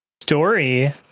story